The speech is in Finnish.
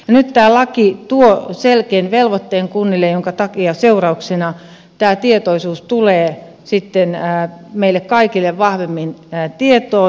nyt tämä laki tuo selkeän velvoitteen kunnille jonka seurauksena tämä tulee meille kaikille vahvemmin tietoon